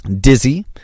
Dizzy